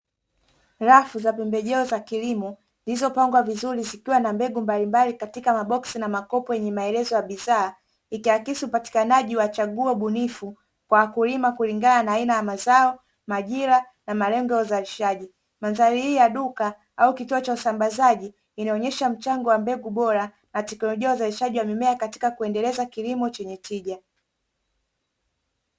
Rafu za pembejeo za kilimo zilizopangwa vizuri zikiwa na mbegu mbalimbali katika maboksi na makopo yenye maelezo ya bidhaa, ikiakisi upatikanaji wa chagua bunifu kwa wakulima kulingana na aina ya mazo, majira na malengo ya uzalishaji. Mandhari hii ya duka au kituo cha usambazaji inaonesha mchango wa mbegu bora na teknolojia ya uzalishaji wa mmea katika kuendeleza kilimo chenye tija.